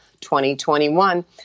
2021